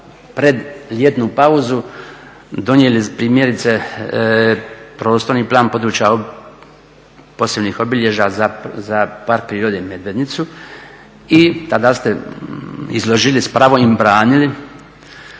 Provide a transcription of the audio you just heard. pred ljetnu pauzu donijeli primjerice Prostorni plan područja od posebnih obilježja za Park prirode Medvednicu i tada ste izložili i s pravom i branili,